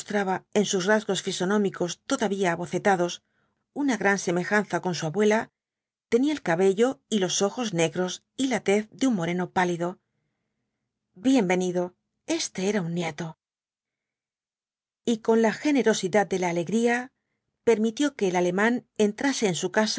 en sus rasgos fisonómicos todavía abocetados una gran semejanza con su abuela tenía el cabello y los ojos negros y la tez de un moreno pálido bien venido este era un nieto y con la generosidad de la alegría permitió que el alemán entrase en su casa